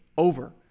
over